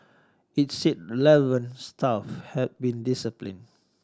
it said relevant staff had been disciplined